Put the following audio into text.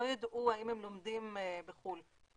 יידעו האם הם לומדים בחו"ל.